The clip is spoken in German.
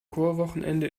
chorwochenende